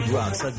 rocks